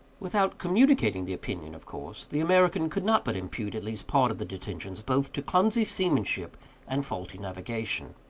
without communicating the opinion, of course, the american could not but impute at least part of the detentions both to clumsy seamanship and faulty navigation.